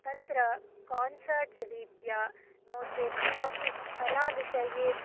तत्र कांसर्ट्स् रीत्या नो चेत् किमपि कलाविषये